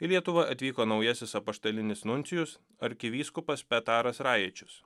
į lietuvą atvyko naujasis apaštalinis nuncijus arkivyskupas petaras raičius